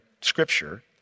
scripture